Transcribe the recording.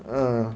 uh